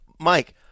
Mike